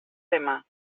demà